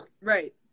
right